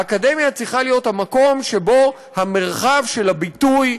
האקדמיה צריכה להיות המקום שבו המרחב של הביטוי,